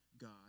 God